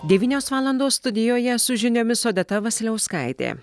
devynios valandos studijoje su žiniomis odeta vasiliauskaitė